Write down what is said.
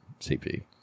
CP